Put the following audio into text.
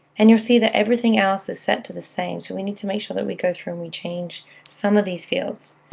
and you'll see that everything else is set to the same, so we need to make sure that we go through and we change some of these fields.